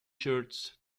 shirts